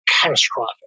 catastrophic